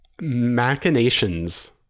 machinations